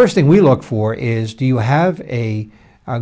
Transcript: first thing we look for is do you have a